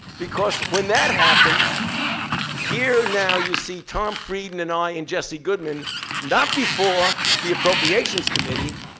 because when that happened here now you see tom friedman, i, and jesse goodman not before the appropriations committee,